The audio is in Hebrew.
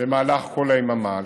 במהלך כל היממה.